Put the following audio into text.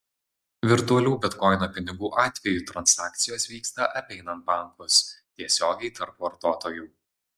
virtualių bitkoino pinigų atveju transakcijos vyksta apeinant bankus tiesiogiai tarp vartotojų